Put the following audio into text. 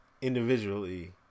individually